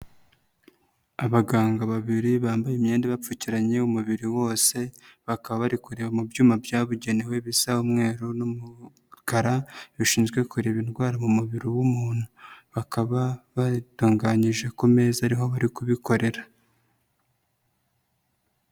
Abaganga babiri bambaye imyenda ibapfukiranye umubiri wose, bakaba bari kureba mu byuma byabugenewe bisa umweru n'umukara, bishinzwe kureba indwara mu mubiri w'umuntu. Bakaba baritunganyije ku meza ariho bari kubikorera.